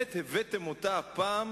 באמת הבאתם אותה הפעם